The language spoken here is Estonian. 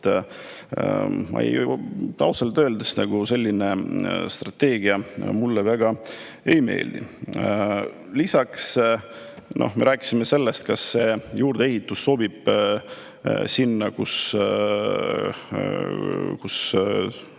nõudeid. Ausalt öeldes selline strateegia mulle väga ei meeldi. Lisaks me rääkisime sellest, kas see juurdeehitus sobib sinna, kus